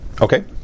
Okay